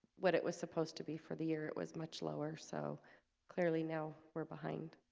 what it was supposed to be for the year. it was much lower. so clearly now we're behind